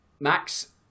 Max